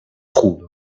trouve